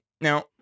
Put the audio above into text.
Now